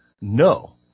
No